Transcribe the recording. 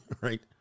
Right